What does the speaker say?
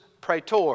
Praetor